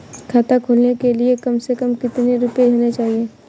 खाता खोलने के लिए कम से कम कितना रूपए होने चाहिए?